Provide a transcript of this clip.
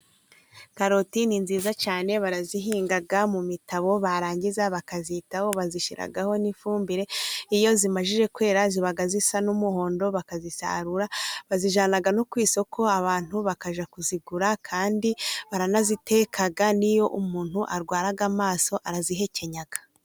Karoti ni nziza cyane barazihinga mu mitabo, barangiza bakazitaho, bazishyiraho n'ifumbire. Iyo zimaze kwera ziba zisa n'umuhondo, bakazisarura, bazijyana no ku isoko, abantu bakajya kuzigura, kandi baranaziteka n'iyo umuntu arwara amaso arazihekenya.